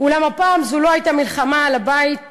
אולם הפעם זו לא הייתה מלחמה על הבית,